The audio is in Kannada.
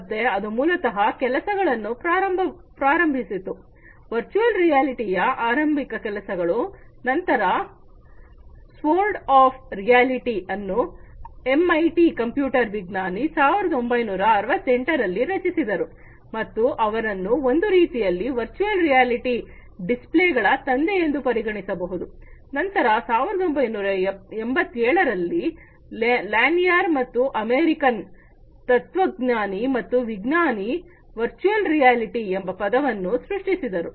ಮತ್ತೆ ಅದು ಮೂಲತಃ ಕೆಲಸಗಳನ್ನು ಪ್ರಾರಂಭಿಸಿತು ವರ್ಚುಯಲ್ ರಿಯಾಲಿಟಿಯ ಆರಂಭಿಕ ಕೆಲಸಗಳು ನಂತರ ಸ್ವೋರ್ಡ್ ಆಫ್ ಡಾಮೊಕ್ಲೆಸ್ ಅನ್ನು ಎಂಐಟಿ ಕಂಪ್ಯೂಟರ್ ವಿಜ್ಞಾನಿ 1968 ರಲ್ಲಿ ರಚಿಸಿದರು ಮತ್ತು ಅವರನ್ನು ಒಂದು ರೀತಿಯಲ್ಲಿ ವರ್ಚುಯಲ್ ರಿಯಾಲಿಟಿ ಡಿಸ್ಪ್ಲೇ ಗಳ ತಂದೆ ಎಂದು ಪರಿಗಣಿಸಬಹುದು ನಂತರ 1987 ರಲ್ಲಿ ಲ್ಯಾನಿಯರ್ ಮತ್ತು ಅಮೇರಿಕನ್ ತತ್ವಜ್ಞಾನಿ ಮತ್ತು ವಿಜ್ಞಾನಿ ವರ್ಚುವಲ್ ರಿಯಾಲಿಟಿ ಎಂಬ ಪದವನ್ನು ಸೃಷ್ಟಿಸಿದರು